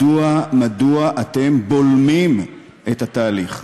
מדוע אתם בולמים את התהליך?